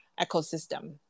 ecosystem